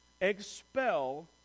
Expel